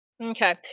Okay